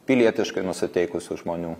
pilietiškai nusiteikusių žmonių